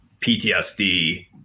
PTSD